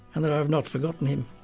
and that i have not forgotten him.